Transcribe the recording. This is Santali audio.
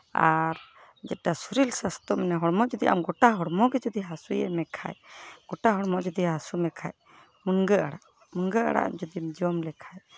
ᱟᱨ ᱡᱮᱴᱟ ᱥᱚᱨᱤᱨ ᱥᱟᱥᱛᱷᱚ ᱢᱟᱱᱮ ᱦᱚᱲᱢᱚ ᱡᱩᱫᱤ ᱟᱢ ᱜᱚᱴᱟ ᱦᱚᱲᱢᱚ ᱜᱮ ᱡᱩᱫᱤ ᱦᱟᱥᱩᱭᱮᱫ ᱢᱮᱠᱷᱟᱡ ᱜᱚᱴᱟ ᱦᱚᱲᱢᱚ ᱡᱩᱫᱤ ᱦᱟᱥᱩ ᱢᱮᱠᱷᱟᱡ ᱢᱩᱱᱜᱟᱹ ᱟᱲᱟᱜ ᱢᱩᱱᱜᱟᱹ ᱟᱲᱟᱜ ᱫᱩᱡᱤᱢ ᱡᱚᱢ ᱞᱮᱠᱷᱟᱡ